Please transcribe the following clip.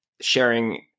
sharing